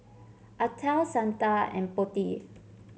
Atal Santha and Potti